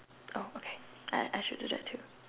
oh okay I I should do that too